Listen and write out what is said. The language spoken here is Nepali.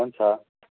हुन्छ